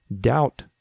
Doubt